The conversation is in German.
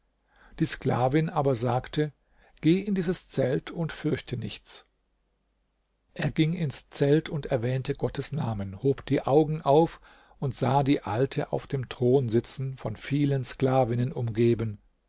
die sklavin aber sagte geh in dieses zelt und fürchte nichts er ging ins zelt und erwähnte gottes namen hob die augen auf und sah die alte auf dem thron sitzen von vielen sklavinnen umgeben